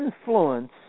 influence